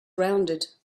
rounded